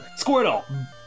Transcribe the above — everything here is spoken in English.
Squirtle